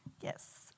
Yes